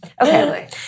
Okay